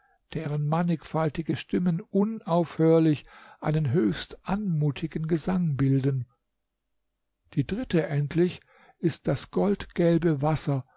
deren mannigfaltige stimmen unaufhörlich einen höchst anmutigen gesang bilden die dritte endlich ist das goldgelbe wasser